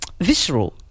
visceral